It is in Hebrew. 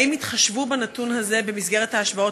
1. האם התחשבו בנתון הזה במסגרת ההשוואות